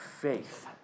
faith